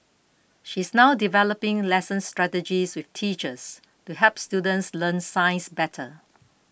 she is now developing lesson strategies with teachers to help students learn science better